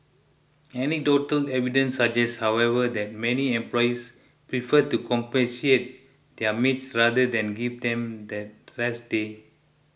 anecdotal evidence suggests however that many employers prefer to compensate their maids rather than give them that rest day